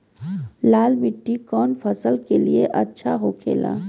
लाल मिट्टी कौन फसल के लिए अच्छा होखे ला?